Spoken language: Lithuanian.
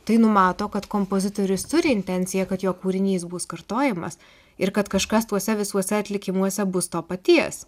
tai numato kad kompozitorius turi intenciją kad jo kūrinys bus kartojamas ir kad kažkas tuose visuose atlikimuose bus to paties